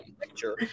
picture